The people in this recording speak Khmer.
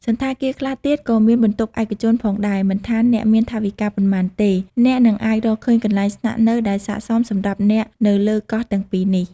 សណ្ឋាគារ ខ្លះទៀតក៏មានបន្ទប់ឯកជនផងដែរ មិនថាអ្នកមានថវិកាប៉ុន្មានទេ អ្នកនឹងអាចរកឃើញកន្លែងស្នាក់នៅដែលស័ក្តិសមសម្រាប់អ្នកនៅលើកោះទាំងពីរនេះ។